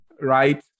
right